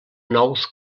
nous